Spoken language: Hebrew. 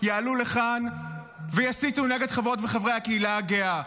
יעלו לכאן ויסיתו נגד חברות וחברי הקהילה הגאה.